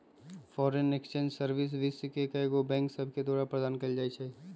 foreign exchange service विश्व के कएगो बैंक सभके द्वारा प्रदान कएल जाइ छइ